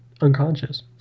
unconscious